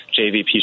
JVP